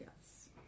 Yes